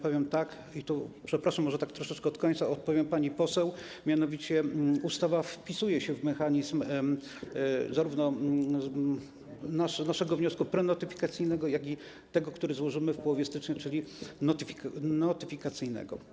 Powiem tak - i tu, przepraszam, może tak troszeczkę od końca odpowiem pani poseł - mianowicie ustawa wpisuje się w mechanizm zarówno naszego wniosku prenotyfikacyjnego, jak i tego, który złożymy w połowie stycznia, czyli notyfikacyjnego.